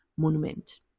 monument